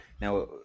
Now